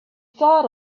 thought